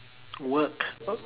work